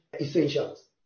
essentials